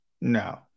No